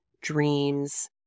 dreams